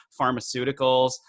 pharmaceuticals